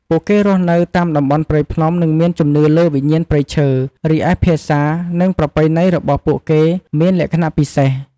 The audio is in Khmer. ពួកគេរស់នៅតាមតំបន់ព្រៃភ្នំ និងមានជំនឿលើវិញ្ញាណព្រៃឈើ រីឯភាសា និងប្រពៃណីរបស់ពួកគេមានលក្ខណៈពិសេស។